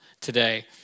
today